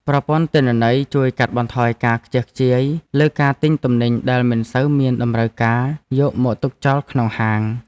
ប្រព័ន្ធទិន្នន័យជួយកាត់បន្ថយការខ្ជះខ្ជាយលើការទិញទំនិញដែលមិនសូវមានតម្រូវការយកមកទុកចោលក្នុងហាង។